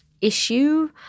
issue